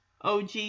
OG